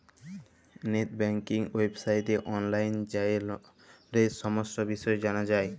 late banking ওয়েবসাইটে অললাইল যাঁয়ে ললের সমস্ত বিষয় জালা যায়